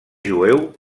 jueu